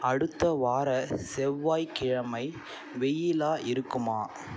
அடுத்த வார செவ்வாய்க்கிழமை வெயிலாக இருக்குமா